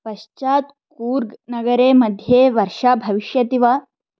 पश्चात् कूर्गनगरमध्ये वर्षा भविष्यति वा